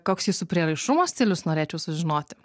koks jūsų prieraišumo stilius norėčiau sužinoti